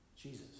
Jesus